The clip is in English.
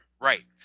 Right